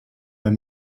herr